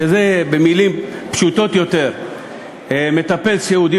שזה במילים פשוטות יותר מטפל סיעודי